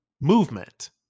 movement